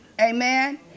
Amen